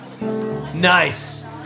Nice